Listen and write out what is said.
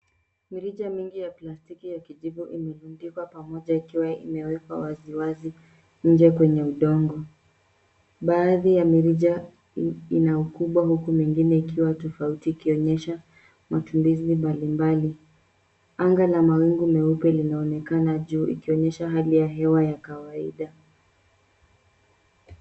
Mirija mingi ya plastiki ya kijivu imerundikwa pamoja ikiwa imewekwa waziwazi nje kwenye udongo. Baadhi ya mirija ina ukubwa huku mengine ikiwa tofauti ikionyesha matumizi mbalimbali. Anga la mawingu meupe linaonekana juu ikionyesha hali ya hewa ya kawaida.